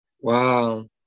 Wow